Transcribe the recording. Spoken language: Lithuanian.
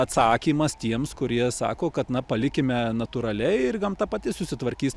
atsakymas tiems kurie sako kad na palikime natūraliai ir gamta pati susitvarkys